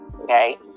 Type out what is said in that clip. okay